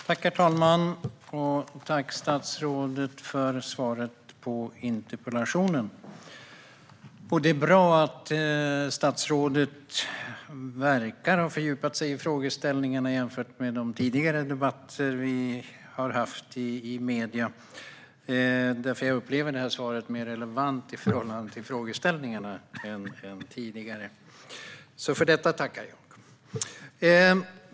Herr talman! Tack, statsrådet, för svaret på interpellationen! Det är bra att statsrådet nu verkar ha fördjupat sig i frågeställningen, till skillnad från vad som var fallet i de tidigare debatter vi har haft i medierna. Jag upplever att det här svaret är mer relevant i förhållande till frågeställningarna än de svar jag tidigare fått. För detta tackar jag.